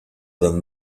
than